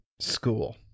school